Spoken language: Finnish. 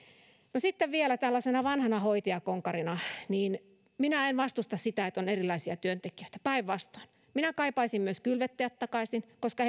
no sitten vielä tällaisena vanhana hoitajakonkarina minä en vastusta sitä että on erilaisia työntekijöitä päinvastoin minä kaipaisin myös kylvettäjiä takaisin koska